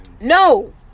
No